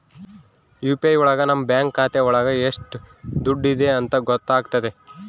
UPI ಒಳಗ ನಮ್ bank ಖಾತೆ ಒಳಗ ಎಷ್ಟ್ ದುಡ್ಡಿದೆ ಅಂತ ಗೊತ್ತಾಗ್ತದೆ